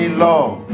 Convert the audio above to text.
love